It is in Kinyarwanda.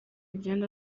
ibyondo